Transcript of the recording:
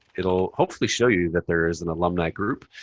it'll hopefully show you that there is an alumni group.